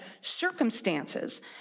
circumstances